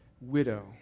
widow